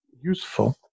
useful